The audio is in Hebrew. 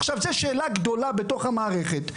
עכשיו זו שאלה גדולה בתוך המערכת.